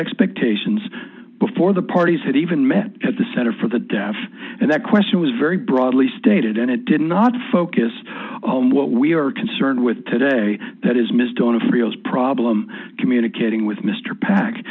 expectations before the parties had even met at the center for the deaf and that question was very broadly stated and it did not focus on what we are concerned with today that is missed on a friels problem communicating with mr pac